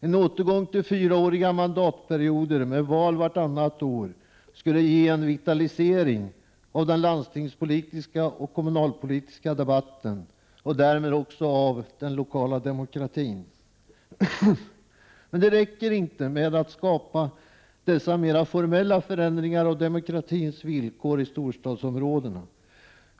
En återgång till fyraåriga mandatperioder med val vartannat år skulle ge en vitalisering av den landstingspolitiska och kommunalpolitiska debatten och därmed också av den lokala demokratin. Men det räcker inte med att skapa dessa mera formella förändringar av demokratins villkor i storstadsområdena.